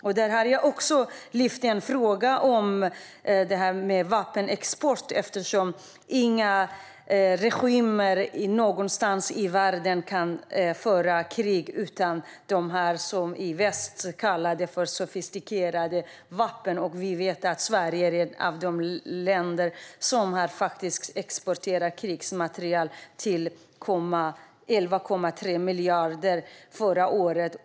Jag har även lyft fram en fråga om vapenexport, eftersom inga regimer någonstans i världen kan föra krig utan sofistikerade vapen från väst. Vi vet att Sverige är ett av de länder som har exporterat krigsmateriel för 11,3 miljarder förra året.